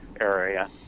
area